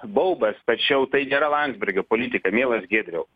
baubas tačiau tai nėra landsbergio politika mielas giedriau